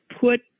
put